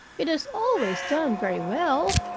it has always done very well.